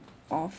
of